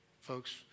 folks